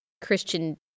christian